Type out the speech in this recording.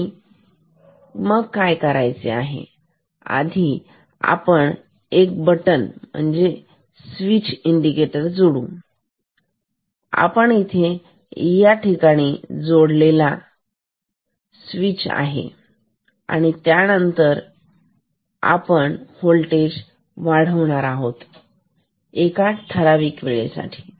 आणि हे माहीत नाही आता त्याला काय करायचे आहे आधी त्याची आपण एक बटन स्विच हा इंटीग्रेटर जोडू आपण इथे या अज्ञात ठिकाणी जोडलेला आहे आणि त्यानंतर आपण होल्टेज वाढवणार आहोत एका ठराविक वेळेसाठी